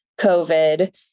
COVID